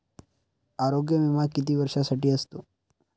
आरोग्य विमा किती वर्षांसाठी असतो?